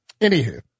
anywho